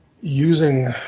using